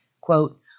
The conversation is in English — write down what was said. Quote